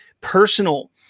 personal